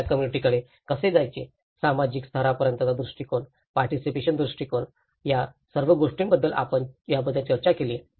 एखाद्या कॉम्युनिटीाकडे कसे जायचे सामाजिक स्तरापर्यंतचा दृष्टीकोन पार्टीसिपेशनी दृष्टीकोन या सर्व गोष्टींबद्दल आपण याबद्दल चर्चा केली